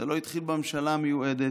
זה לא התחיל בממשלה המיועדת,